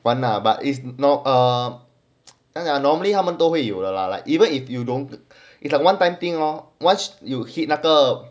one lah but is not um and are normally 他们都会有的 lah like even if you don't it's a one time thing lor once you hit 那个